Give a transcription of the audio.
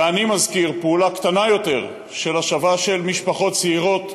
ואני מזכיר פעולה קטנה יותר של השבה של משפחות צעירות,